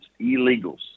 illegals